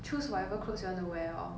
choose whatever clothes you wanna wear orh